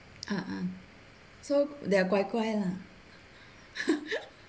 so they are 乖乖 lah